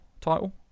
title